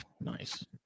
nice